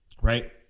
right